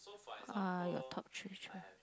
ah the top three choice